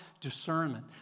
discernment